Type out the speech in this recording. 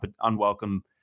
unwelcome